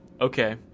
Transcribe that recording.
Okay